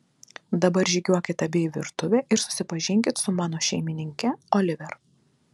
dabar žygiuokit abi į virtuvę ir susipažinkit su mano šeimininke oliver